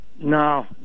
No